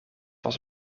was